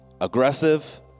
Aggressive